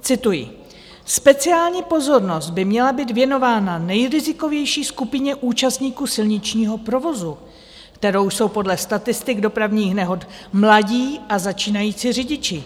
Cituji: Speciální pozornost by měla být věnována nejrizikovější skupině účastníků silničního provozu, kterou jsou podle statistik dopravních nehod mladí a začínající řidiči.